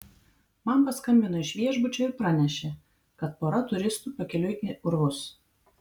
man paskambino iš viešbučio ir pranešė kad pora turistų pakeliui į urvus